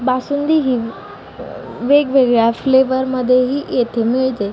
बासुंदी ही वेगवेगळ्या फ्लेवरमध्येही येथे मिळते आहे